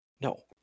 No